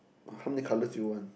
how many colours you want